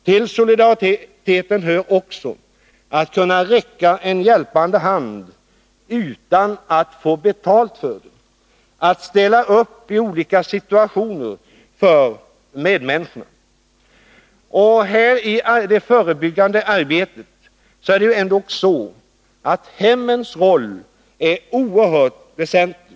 Till solidariteten hör också att kunna räcka en hjälpande hand utan att få betalt för det, att ställa upp i olika situationer för medmänniskorna. I det förebyggande arbetet är hemmens roll oerhört väsentlig.